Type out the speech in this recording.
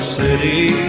city